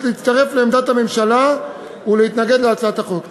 להצטרף לעמדת הממשלה ולהתנגד להצעת החוק.